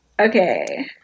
Okay